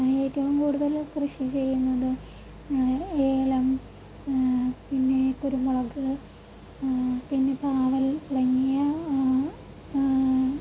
ഏറ്റവും കൂടുതൽ കൃഷി ചെയ്യുന്നത് ഏലം പിന്നെ കുരുമുളക് പിന്നെ പാവൽ തുടങ്ങിയ